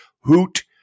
hoot